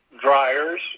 dryers